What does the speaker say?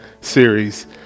series